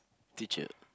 teacher